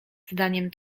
zdaniem